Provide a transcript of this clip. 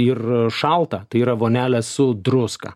ir šalta tai yra vonelė su druska